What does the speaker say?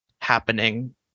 happening